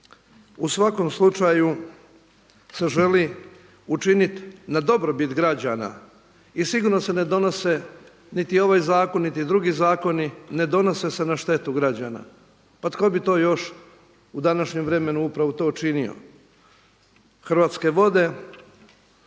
U svakom slučaju se želi učiniti na dobrobit građana i sigurno se ne donose niti ovaj zakon niti drugi zakoni ne donose se na štetu građana. Pa tko bi to još u današnjem vremenu upravo to činio? Hrvatske vode